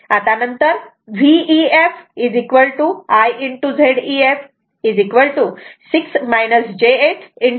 आता नंतर V ef I Z ef 1